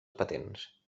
patents